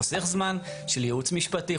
חוסך זמן של ייעוץ משפטי,